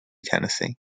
tennessee